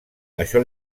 això